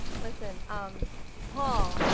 listen um paul